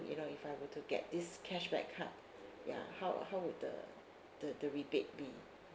you know I were to get this cashback card ya how how would the the the rebate be